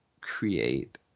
create